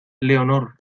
leonor